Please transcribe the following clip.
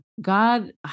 God